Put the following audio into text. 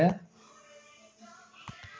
సాలెపురుగు చూడు ఎట్టా దారాలతో గూడు అల్లినాదో